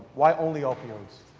why only opioids?